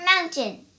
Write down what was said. mountain